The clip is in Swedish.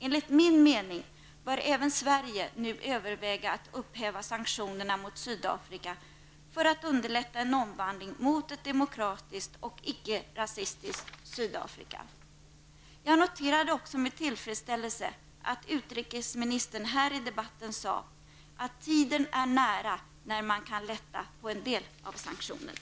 Enligt min mening bör även Sverige nu överväga att upphäva sanktionerna mot Sydafrika för att underlätta en omvandling mot ett demokratiskt och icke-rasistiskt Sydafrika. Jag noterade också med tillfredsställelse att utrikesministern här i debatten sade att tiden är nära då man kan lätta på en del av sanktionerna.